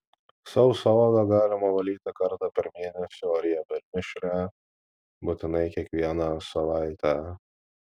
sausą odą galima valyti kartą per mėnesį o riebią ir mišrią būtinai kiekvieną savaitę